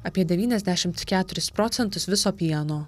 apie devyniasdešimt keturis procentus viso pieno